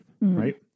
right